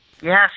Yes